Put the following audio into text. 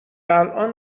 الان